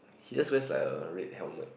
he just wears like a red helmet